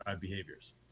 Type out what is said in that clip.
behaviors